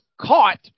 caught